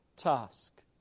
task